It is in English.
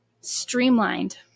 streamlined